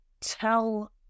tell